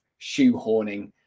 shoehorning